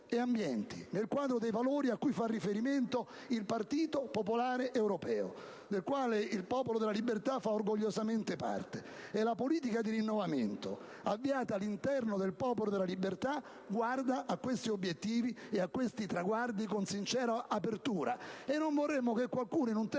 e ambienti nel quadro dei valori cui fa riferimento il Partito popolare europeo, di cui il Popolo della Libertà fa orgogliosamente parte. La politica di rinnovamento avviata all'interno del Popolo della Libertà guarda a questi obiettivi e traguardi con sincera apertura. Non vorremmo che qualcuno, in un